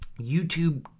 YouTube